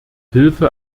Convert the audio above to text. hilfe